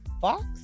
Fox